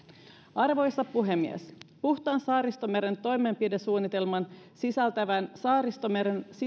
arvoisa puhemies puhtaan saaristomeren toimenpidesuunnitelman sisältävä saaristomeren